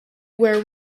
where